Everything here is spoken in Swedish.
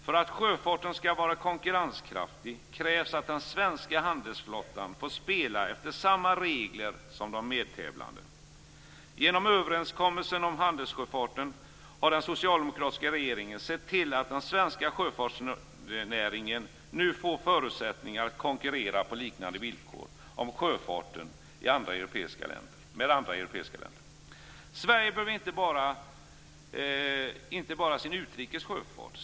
För att sjöfarten skall vara konkurrenskraftig krävs att den svenska handelsflottan får spela efter samma regler som de medtävlande. Genom överenskommelsen om handelssjöfarten har den socialdemokratiska regeringen sett till att den svenska sjöfartsnäringen nu får förutsättningar att konkurrera på liknande villkor som sjöfarten i andra europeiska länder. Sverige behöver inte bara sin utrikes sjöfart.